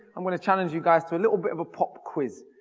i'm going to challenge you guys to a little bit of a pop quiz.